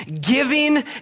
giving